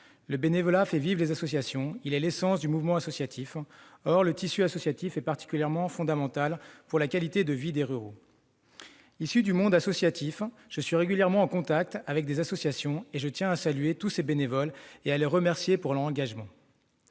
le bénévolat fait vivre les associations, il est l'essence du mouvement associatif. Or le tissu associatif est particulièrement fondamental pour la qualité de vie des ruraux. Issu du monde associatif, je suis régulièrement en contact avec des associations, et je tiens à saluer tous ces bénévoles et à les remercier de leur engagement.